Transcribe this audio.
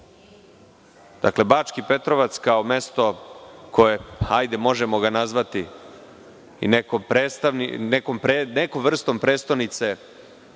Bački Petrovac kao mesto koje, hajde možemo ga nazvati, je neka vrsta prestonice